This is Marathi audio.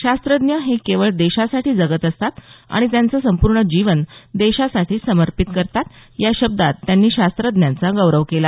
शास्रज्ञ हे लोक केवळ देशासाठी जगत असतात आणि त्यांचे संपूर्ण जीवन देशासाठी समर्पित करतात या शब्दात त्यांनी शास्रज्ञांचा गौरव केला